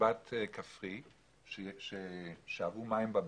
ובת כפרי ששאבו מים בבאר.